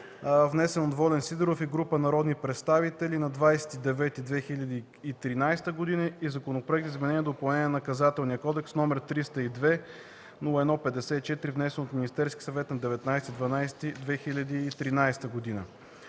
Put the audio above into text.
внесен Волен Сидеров и група народни представители на 20.09.2013 г., и Законопроект за изменение и допълнение на Наказателния кодекс, № 302-01-54, внесен от Министерския съвет на 19 януари 2013 г.